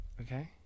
okay